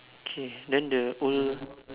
okay then the old